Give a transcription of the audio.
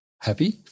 happy